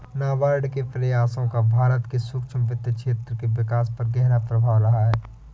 नाबार्ड के प्रयासों का भारत के सूक्ष्म वित्त क्षेत्र के विकास पर गहरा प्रभाव रहा है